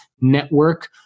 network